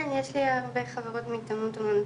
כן יש לי הרבה חברות בהתעמלות אמנותית,